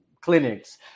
clinics